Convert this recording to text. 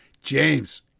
James